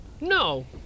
No